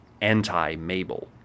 anti-Mabel